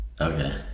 Okay